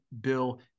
Bill